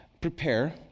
prepare